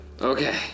Okay